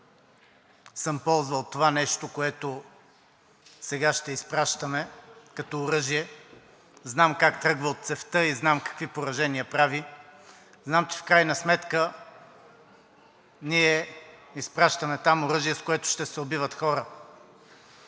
съм ползвал това нещо, което сега ще изпращаме като оръжие. Знам как тръгва от цевта и знам какви поражения прави. Знам, че в крайна сметка ние изпращаме там оръжие, с което ще се убиват хора.